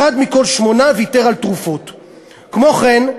כמו כן,